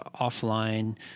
offline